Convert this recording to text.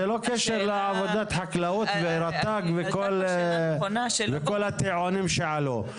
זה לא קשר לעבודת חקלאות ורט"ג וכל הטיעונים שעלו.